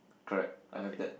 correct I have that